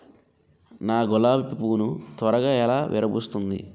నా గులాబి పువ్వు ను త్వరగా ఎలా విరభుస్తుంది?